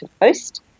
Post